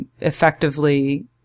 effectively